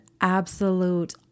absolute